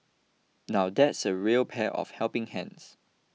now that's a real pair of helping hands